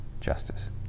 justice